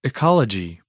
Ecology